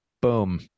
Boom